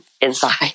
inside